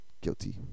Guilty